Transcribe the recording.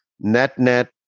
Net-net